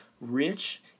rich